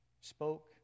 spoke